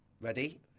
ready